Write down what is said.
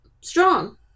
Strong